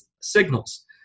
signals